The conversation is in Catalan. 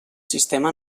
sistema